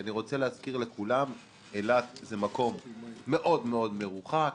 אני רוצה להזכיר לכולם שאילת היא מקום מאוד מאוד מרוחק,